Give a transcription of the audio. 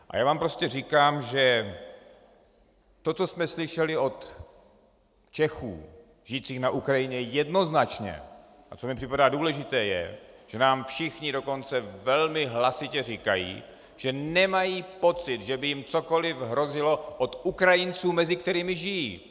A já vám prostě říkám, že to, co jsme slyšeli od Čechů žijících na Ukrajině a co mi připadá důležité, je, že nám všichni dokonce velmi hlasitě říkají, že nemají pocit, že by jim cokoli hrozilo od Ukrajinců, mezi kterými žijí!